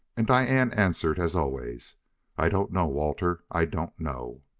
and diane answered as always i don't know, walter, i don't know.